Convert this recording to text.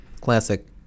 classic